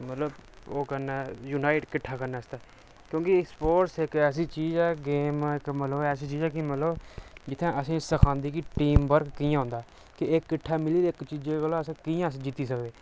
मतलब ओह् करना जुनाइट किट्ठा करने आस्तै क्योंकि सपोटस इक ऐसी चीज ऐ गेम इक मतलब ऐसी चीज ऐ कि मतलब जित्थै असेंई सखांदे कि टीम वर्क कि'यां होंदा कि एह् किट्ठा मिलियै इक चीजा कोला असें कियां अस जित्ती सकदे